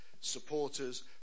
supporters